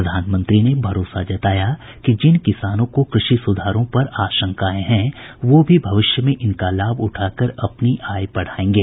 प्रधानमंत्री ने भरोसा जताया कि जिन किसानों को कृषि सुधारों पर आशंकाएं हैं वो भी भविष्य में इनका लाभ उठाकर अपनी आय बढ़ायेंगे